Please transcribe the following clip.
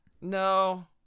No